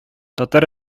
татар